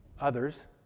others